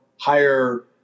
higher